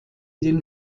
den